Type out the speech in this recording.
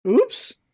Oops